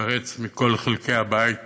שהתפרץ מכל חלקי הבית